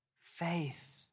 faith